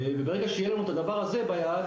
וברגע שיהיה לנו את הדבר הזה ביד,